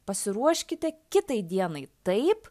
pasiruoškite kitai dienai taip